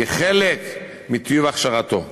כחלק מטיוב הכשרתו.